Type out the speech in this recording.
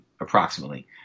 approximately